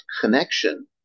connection